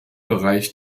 bereich